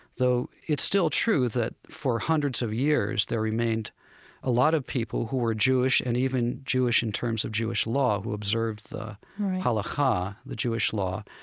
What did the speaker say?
though it's still true that for hundreds of years there remained a lot of people who were jewish and even jewish in terms of jewish law who observed the halakhah, the jewish law,